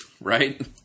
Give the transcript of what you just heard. Right